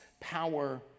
power